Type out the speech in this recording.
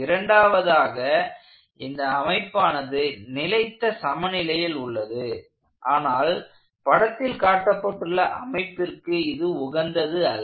இரண்டாவதாக இந்த அமைப்பானது நிலைத்த சமநிலையில் உள்ளது ஆனால் படத்தில் காட்டப்பட்டுள்ள அமைப்பிற்கு இது உகந்தது அல்ல